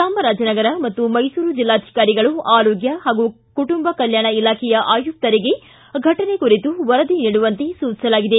ಚಾಮರಾಜನಗರ ಮತ್ತು ಮೈಸೂರು ಜಿಲ್ಲಾಧಿಕಾರಿಗಳು ಆರೋಗ್ಯ ಹಾಗೂ ಕುಟುಂಬ ಕಲ್ಕಾಣ ಇಲಾಖೆಯ ಆಯುಕ್ತರಿಗೆ ಘಟನೆ ಕುರಿತು ವರದಿ ನೀಡುವಂತೆ ಸೂಚಿಸಲಾಗಿದೆ